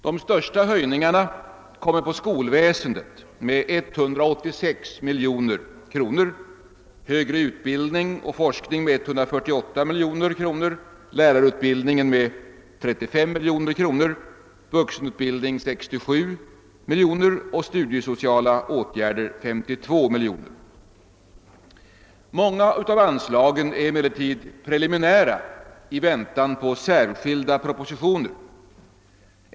De största höjningarna gäller skolväsendet, 186 miljoner, högre utbildning och forskning, 148 miljoner, lärarutbildning, 35 miljoner, vuxenutbildning, 67 miljoner och studiesociala åtgärder, 52 miljoner kronor. Många av anslagen är emellertid preliminära i väntan på särskilda propositioner.